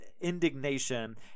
indignation